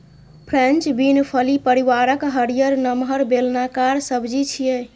French bean फली परिवारक हरियर, नमहर, बेलनाकार सब्जी छियै